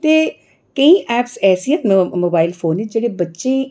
ते केईं ऐप्स ऐसियां न मोबाइल फोन च के बच्चें गी